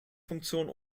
funktion